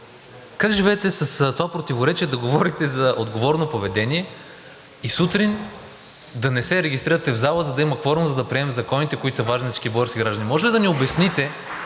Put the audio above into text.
как живеете с това противоречие да говорите за отговорно поведение и сутрин да не се регистрирате в залата, за да има кворум, за да приемем законите, които са важни за всички български граждани? (Ръкопляскане от